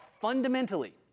fundamentally